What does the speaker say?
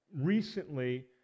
recently